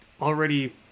already